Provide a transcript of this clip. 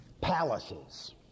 Palaces